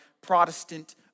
Protestant